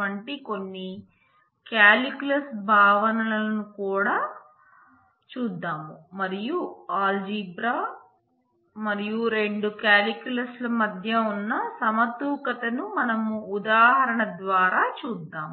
వంటి కొన్ని కాలిక్యులస్ భావనలను కూడా చూద్దాం మరియు ఆల్జీబ్రా మరియు రెండు కాలిక్యులస్ మధ్య ఉన్న సమతూకతను మనం ఉదాహరణ ద్వారా చూద్దాం